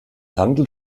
handelt